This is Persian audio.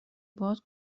باز